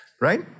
Right